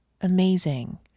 amazing